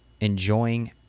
enjoying